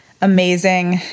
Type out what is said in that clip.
amazing